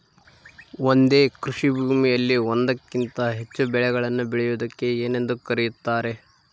ಒಂದೇ ಕೃಷಿಭೂಮಿಯಲ್ಲಿ ಒಂದಕ್ಕಿಂತ ಹೆಚ್ಚು ಬೆಳೆಗಳನ್ನು ಬೆಳೆಯುವುದಕ್ಕೆ ಏನೆಂದು ಕರೆಯುತ್ತಾರೆ?